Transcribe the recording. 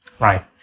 right